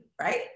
right